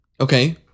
Okay